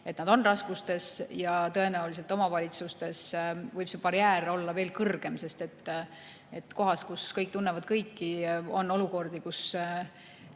et nad on raskustes. Tõenäoliselt omavalitsustes võib see barjäär olla veel kõrgem, sest kohas, kus kõik tunnevad kõiki, on olukordi, kus